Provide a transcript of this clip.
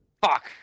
Fuck